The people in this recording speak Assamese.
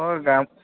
মই গাঁৱ